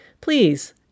Please